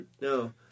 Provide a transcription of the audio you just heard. no